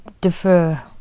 defer